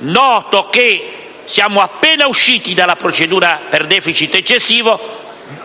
Noto che siamo appena usciti dalla procedura per *deficit* eccessivo e